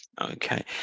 okay